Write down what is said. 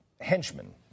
henchmen